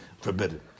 forbidden